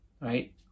Right